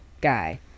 guy